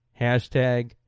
Hashtag